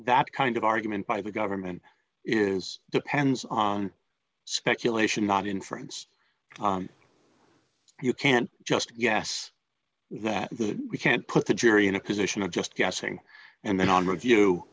that kind of argument by the government is depends on speculation not inference you can't just guess that we can't put the jury in a position of just guessing and then on review